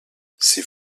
ses